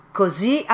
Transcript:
così